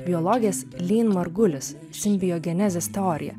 biologės lyn markulis simbiogenezės teorija